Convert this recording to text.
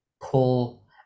pull